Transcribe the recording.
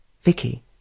Vicky